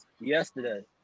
yesterday